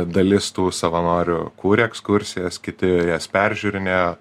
dalis tų savanorių kūrė ekskursijas kiti jas peržiūrinėjo